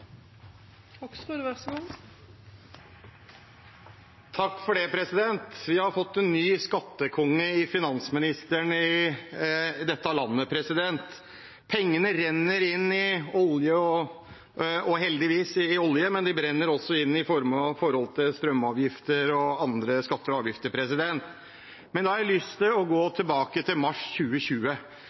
Vi har fått en ny skattekonge i finansministeren i dette landet. Pengene renner inn i olje, heldigvis, men de brenner også inne når det gjelder strømavgifter og andre skatter og avgifter. Jeg har lyst til å gå tilbake til mars 2020,